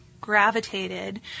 gravitated